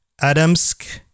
Adamsk